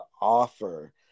offer